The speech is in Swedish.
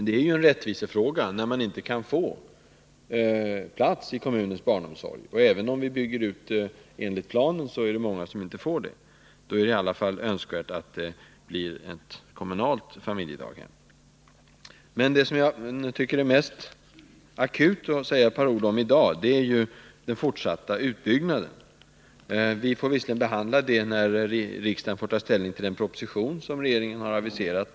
Det är en rättvisefråga, när man inte kan få plats i kommunens barnomsorg. Även om vi bygger ut enligt planen är det många som blir utan plats. Då är det önskvärt att det åtminstone blir ett kommunalt familjedaghem. Det som jag är mest angelägen att säga ett par ord om i dag är emellertid den fortsatta utbyggnaden. Vi får visserligen behandla den frågan när riksdagen tar ställning till den proposition som regeringen har utlovat.